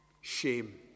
Shame